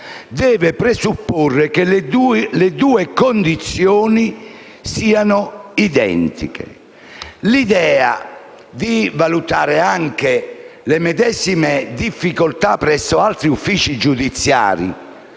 deve presupporre che le due condizioni siano identiche. L'idea di valutare le medesime difficoltà anche presso altri uffici giudiziari